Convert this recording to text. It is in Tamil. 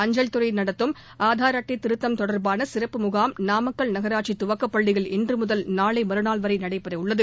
அஞ்சல் துறை நடத்தும் ஆதார் அட்டை திருத்தம் தொடர்பான சிறப்பு முகாம் நாமக்கல் நகராட்சி துவக்க பள்ளியில் இன்று முதல் நாளை மறுநாள் வரை நடைபெற உள்ளது